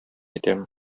итәм